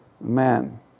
man